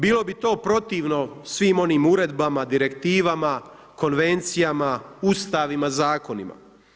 Bilo bi to protivno svim onim uredbama, direktivama, konvencijama, Ustavima, zakonima.